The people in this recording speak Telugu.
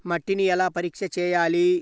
మట్టిని ఎలా పరీక్ష చేయాలి?